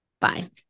Fine